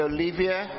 Olivia